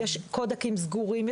יש קודקים סגורים,